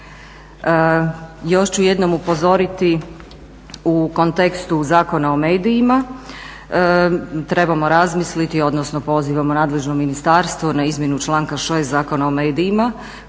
Još ću jednom upozoriti u kontekstu Zakona o medijima trebamo razmisliti odnosno pozivamo nadležno ministarstvo na izmjenu članka 6. Zakona o medijima